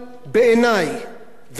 וגם כשאתה בודק את הדברים,